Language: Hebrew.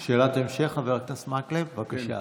שאלת המשך, חבר הכנסת מקלב, בבקשה.